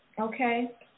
okay